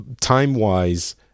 time-wise